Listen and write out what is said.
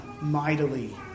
mightily